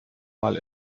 mal